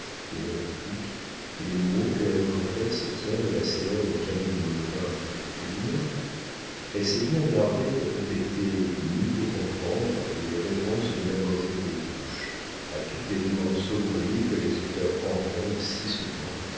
les répliques les mots que la vicomtesse tient de la célèbre camille maupin lui-même elle s'est bien gardée de répéter ni de comprendre les réponses de mademoiselle des touches à toutes les demandes saugrenues que les auteurs entendent si souvent